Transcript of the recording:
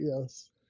Yes